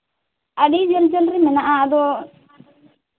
ᱟᱹᱰᱤ ᱡᱷᱟᱹᱞ ᱡᱷᱟᱹᱞ ᱨᱮ ᱢᱮᱱᱟᱜᱼᱟ ᱟᱫᱚ